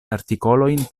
artikolojn